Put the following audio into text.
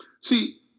See